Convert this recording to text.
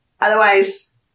Otherwise